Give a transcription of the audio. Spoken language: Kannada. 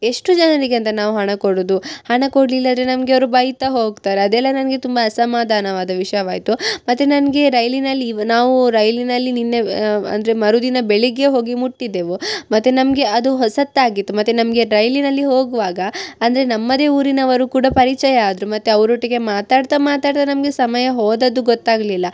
ಎಷ್ಟು ಜನರಿಗೆ ಅಂತ ನಾವು ಹಣ ಕೊಡುವುದು ಹಣ ಕೊಡ್ಲಿಲ್ಲಾದ್ರೆ ನಮಗೆ ಅವರು ಬೈತಾ ಹೋಗ್ತಾರೆ ಅದೆಲ್ಲ ನನಗೆ ತುಂಬ ಅಸಮಾಧಾನವಾದ ವಿಷಯವಾಯ್ತು ಮತ್ತು ನನಗೆ ರೈಲಿನಲ್ಲಿ ಇವ್ ನಾವು ರೈಲಿನಲ್ಲಿ ನಿನ್ನೆ ಅಂದರೆ ಮರುದಿನ ಬೆಳಗ್ಗೆ ಹೋಗಿ ಮುಟ್ಟಿದ್ದೆವು ಮತ್ತು ನಮಗೆ ಅದು ಹೊಸತಾಗಿತ್ತು ಮತ್ತು ನಮಗೆ ರೈಲಿನಲ್ಲಿ ಹೋಗುವಾಗ ಅಂದರೆ ನಮ್ಮದೆ ಊರಿನವರು ಕೂಡ ಪರಿಚಯ ಆದರು ಮತ್ತು ಅವ್ರ ಒಟ್ಟಿಗೆ ಮಾತಾಡ್ತ ಮಾತಾಡ್ತ ನಮಗೆ ಸಮಯ ಹೋದದ್ದು ಗೊತ್ತಾಗಲಿಲ್ಲ